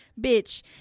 Bitch